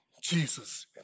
Jesus